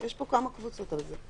יש פה כמה קבוצות על זה.